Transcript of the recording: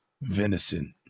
venison